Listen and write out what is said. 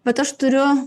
vat aš turiu